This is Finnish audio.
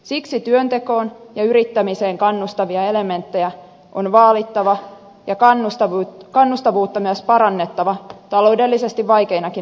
siksi työntekoon ja yrittämiseen kannustavia elementtejä on vaalittava ja myös kannustavuutta parannettava taloudellisesti vaikeinakin aikoina